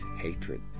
hatred